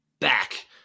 back